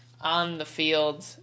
on-the-field